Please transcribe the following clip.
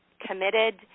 committed